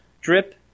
Drip